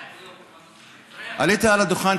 ערפי.